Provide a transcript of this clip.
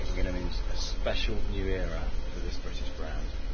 um gonna i mean be a special new era for this british brand.